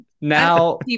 now